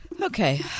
Okay